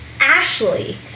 Ashley